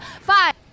Five